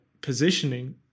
positioning